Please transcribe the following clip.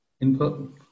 input